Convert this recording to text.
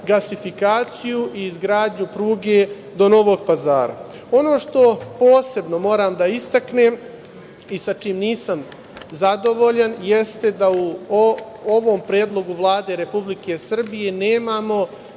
gasifikaciju i izgradnju pruge do Novog Pazara. Ono što posebno moram da istaknem i sa čim nisam zadovoljan jeste da u ovom predlogu Vlade Republike Srbije nemamo